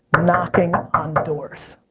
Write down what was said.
knocking on doors.